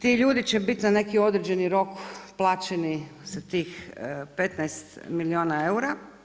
Ti ljudi će biti na neki određeni rok plaćeni sa tih 15 milijuna eura.